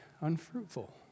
unfruitful